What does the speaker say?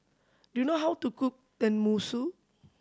do you know how to cook Tenmusu